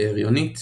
להריונית